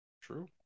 True